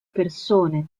persone